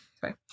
sorry